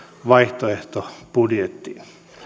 vaihtoehtobudjettiin